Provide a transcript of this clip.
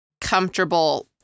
comfortable